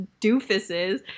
doofuses